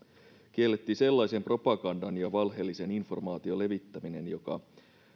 kiellettiin sellaisen propagandan ja valheellisen informaation levittäminen joka